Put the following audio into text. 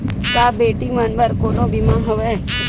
का बेटी मन बर कोनो बीमा हवय?